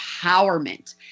empowerment